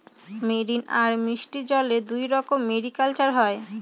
marine আর মিষ্টি জলে দুইরকম মেরিকালচার হয়